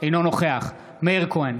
אינו נוכח מאיר כהן,